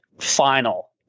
final